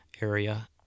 area